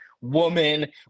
woman